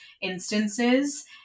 instances